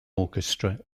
orchestra